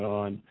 on